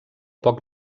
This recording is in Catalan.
poc